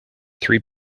three